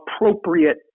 appropriate